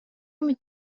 эмит